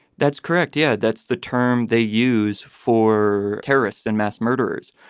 that's correct. yeah. that's the term they use for terrorists and mass murderers.